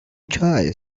choice